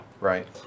Right